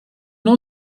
know